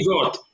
God